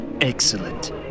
Excellent